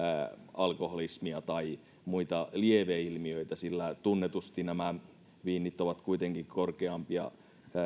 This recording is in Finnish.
alkoholismia tai muita lieveilmiöitä sillä tunnetusti nämä viinit ovat kuitenkin korkeampia